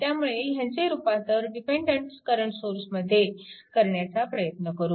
त्यामुळे ह्याचे रूपांतर डिपेन्डन्ट करंट सोर्समध्ये करण्याचा प्रयत्न करू